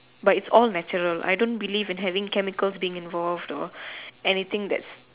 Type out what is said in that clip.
but is all natural I don't believe in having chemical thing involved or anything that's